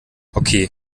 okay